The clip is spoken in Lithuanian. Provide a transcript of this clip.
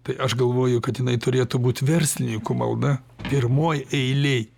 tai aš galvoju kad jinai turėtų būt verslininkų malda pirmoj eilėj